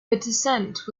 descent